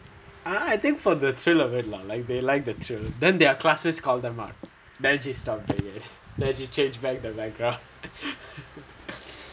I think for the thrill of it lah like they like the thrill then their classmates called them out then she stop then she changed back the background